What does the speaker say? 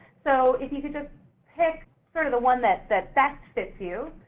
so if you could just pick sort of the one that that best fits you,